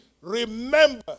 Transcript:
remember